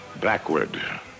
backward